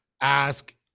ask